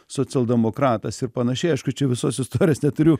socialdemokratas ir panašiai aišku čia visos istorijos neturiu